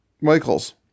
Michaels